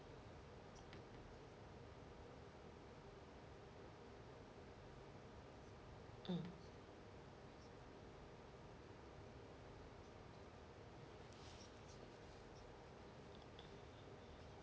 mm